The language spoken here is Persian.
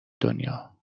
دنیا